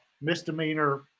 misdemeanor